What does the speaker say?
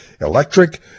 electric